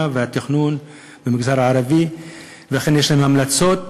והתכנון במגזר הערבי ואכן יש להם המלצות.